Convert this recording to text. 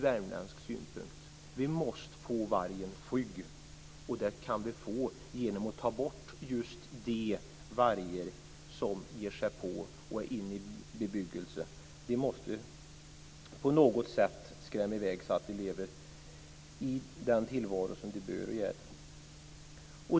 Vi måste få vargen skygg, och det kan man få genom att ta bort just de vargar som ger sig in i bebyggda områden. Vi måste skrämma i väg dem och se till att de lever i den tillvaro som de bör leva i.